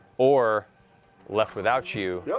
or left without you. yeah